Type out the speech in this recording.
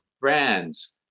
brands